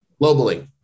Globally